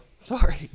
Sorry